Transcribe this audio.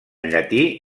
llatí